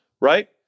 Right